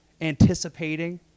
anticipating